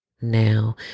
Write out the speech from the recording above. now